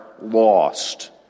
lost